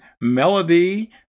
Melody